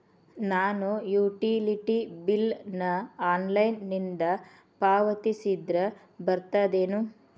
ನಾನು utility bill ನ ಆನ್ಲೈನಿಂದ ಪಾವತಿಸಿದ್ರ ಬರ್ತದೇನು?